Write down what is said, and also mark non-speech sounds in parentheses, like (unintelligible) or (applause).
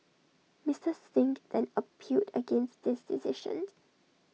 Mister Singh then appealed against this decision (unintelligible)